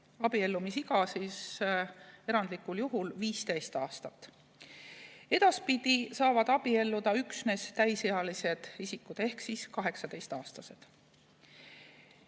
abiellumisiga erandlikul juhul 15 aastat. Edaspidi saavad abielluda üksnes täisealised isikud ehk 18‑aastased.